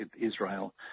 Israel